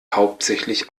hauptsächlich